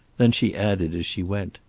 then she added as she went,